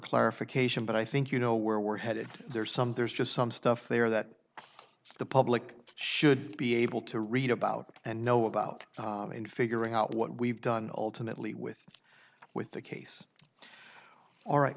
clarification but i think you know where we're headed there are some there's just some stuff there that the public should be able to read about and know about in figuring out what we've done alternately with with the case all right